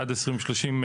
עד 2030,